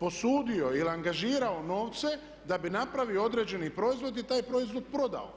posudio ili angažirao novce da bi napravio određeni proizvod i taj proizvod prodao.